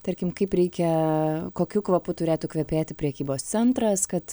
tarkim kaip reikia kokiu kvapu turėtų kvepėti prekybos centras kad